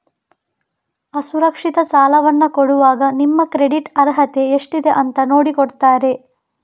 ಅಸುರಕ್ಷಿತ ಸಾಲವನ್ನ ಕೊಡುವಾಗ ನಿಮ್ಮ ಕ್ರೆಡಿಟ್ ಅರ್ಹತೆ ಎಷ್ಟಿದೆ ಅಂತ ನೋಡಿ ಕೊಡ್ತಾರೆ